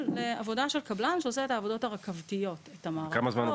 לעבודה של קבלן שעושה את העבודות הרכבתיות את המערכות,